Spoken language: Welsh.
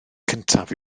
cyntaf